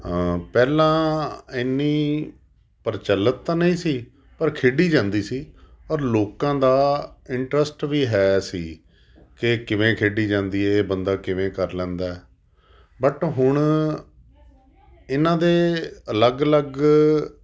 ਹਾਂ ਪਹਿਲਾਂ ਇੰਨੀ ਪ੍ਰਚਲਿਤ ਤਾਂ ਨਹੀਂ ਸੀ ਪਰ ਖੇਡੀ ਜਾਂਦੀ ਸੀ ਪਰ ਲੋਕਾਂ ਦਾ ਇੰਟਰਸਟ ਵੀ ਹੈ ਸੀ ਕਿ ਕਿਵੇਂ ਖੇਡੀ ਜਾਂਦੀ ਇਹ ਬੰਦਾ ਕਿਵੇਂ ਕਰ ਲੈਂਦਾ ਬਟ ਹੁਣ ਇਹਨਾਂ ਦੇ ਅਲੱਗ ਅਲੱਗ